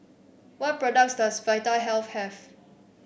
what products does Vitahealth have